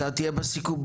אתה תהיה בסיכום,